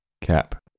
Cap